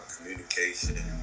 communication